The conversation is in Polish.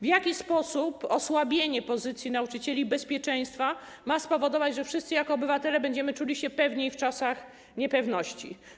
W jaki sposób osłabienie pozycji nauczycieli, ich bezpieczeństwa ma spowodować, że wszyscy jako obywatele będziemy czuli się pewniej w czasach niepewności?